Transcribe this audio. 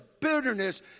bitterness